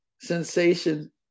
sensation